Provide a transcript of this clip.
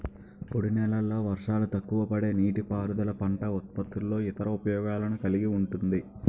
పొడినేలల్లో వర్షాలు తక్కువపడే నీటిపారుదల పంట ఉత్పత్తుల్లో ఇతర ఉపయోగాలను కలిగి ఉంటుంది